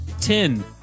Ten